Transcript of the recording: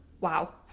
wow